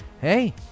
hey